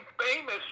famous